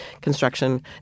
construction